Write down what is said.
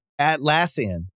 Atlassian